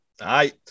Aye